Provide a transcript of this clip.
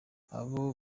abo